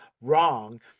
wrong